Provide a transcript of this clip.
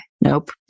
Nope